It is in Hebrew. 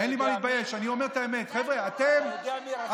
אתה יודע מי, מה?